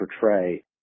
portray